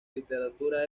literatura